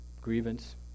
grievance